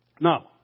Now